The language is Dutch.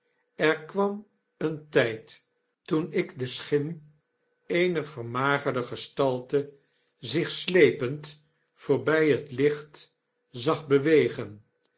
er kwam een tyd toen ik de schim eener vermagerde gestalte zich slepend voorby het licht zag bewegen